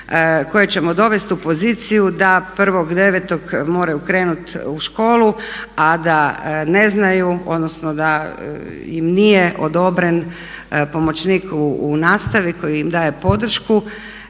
koje ćemo dovesti u poziciju da 1.9. moraju krenuti u školu a da ne znaju, odnosno da im nije odobren pomoćnik u nastavi koji im daje podršku